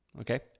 Okay